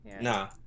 Nah